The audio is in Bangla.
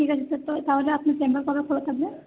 ঠিক আছে স্যার তাহলে আপনার চেম্বার কবে খোলা থাকবে